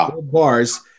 bars